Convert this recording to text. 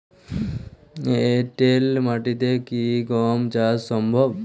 এঁটেল মাটিতে কি গম চাষ সম্ভব?